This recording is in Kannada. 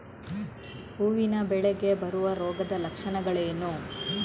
ಹೂವಿನ ಬೆಳೆಗೆ ಬರುವ ರೋಗದ ಲಕ್ಷಣಗಳೇನು?